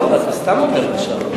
טוב, אתה סתם אומר עכשיו.